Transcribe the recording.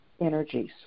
energies